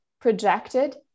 projected